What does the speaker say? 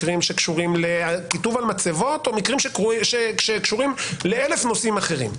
מקרים שקשורים לכיתוב על מצבות או מקרים שקשורים לאלף נושאים אחרים,